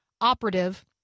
operative